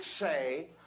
say